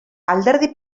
alderdi